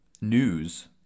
news